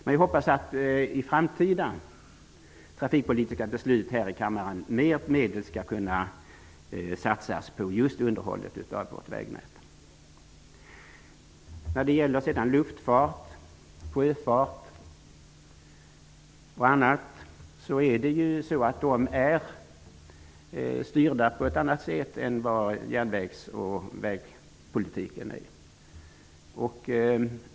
Men jag hoppas att mer medel i framtida trafikpolitiska beslut här i kammaren skall kunna satsas på just underhållet av vårt vägnät. Luftfarts och sjöfartspolitiken är styrd på ett annat sätt än vad järnvägs och vägpolitiken är.